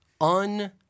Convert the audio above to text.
un-